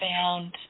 found